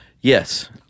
Yes